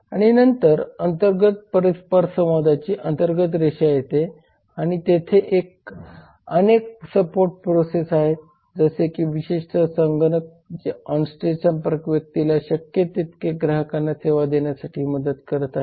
आणि नंतर अंतर्गत परस्परसंवादाची अंतर्गत रेषा येते आणि तेथे अनेक सपोर्ट प्रोसेस आहेत जसे की विशेषत संगणक जे ऑनस्टेज संपर्क व्यक्तीला शक्य तितक्या ग्राहकांना सेवा देण्यासाठी मदत करत आहेत